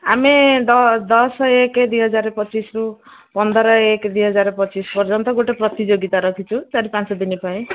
ଆମେ ଦଶ ଏକ ଦୁଇ ହଜାର ପଚିଶରୁ ପନ୍ଦର ଏକ ଦୁଇ ହଜାର ପଚିଶ ପର୍ଯ୍ୟନ୍ତ ଗୋଟେ ପ୍ରତିଯୋଗିତା ରଖିଛୁ ଚାରି ପାଞ୍ଚ ଦିନ ପାଇଁ